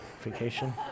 Vacation